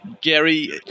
gary